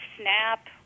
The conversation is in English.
SNAP